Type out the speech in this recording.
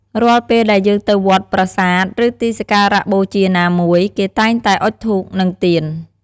រាល់ពេលដែលយើងទៅវត្ត ប្រាសាទ ឬទីសក្ការៈបូជាណាមួយ គេតែងតែអុជធូប និងទៀន។